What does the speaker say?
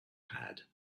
had